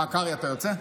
מר קרעי, אתה יוצא?